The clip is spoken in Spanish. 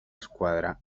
escuadra